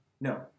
No